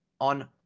on